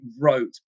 wrote